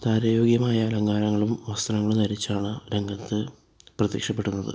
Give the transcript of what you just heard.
താര യോഗ്യമായ അലങ്കാരങ്ങളും വസ്ത്രങ്ങളും ധരിച്ചാണ് രംഗത്ത് പ്രത്യക്ഷപ്പെടുന്നത്